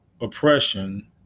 oppression